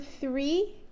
three